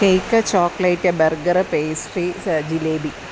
cake chocolate burger pastry jalebi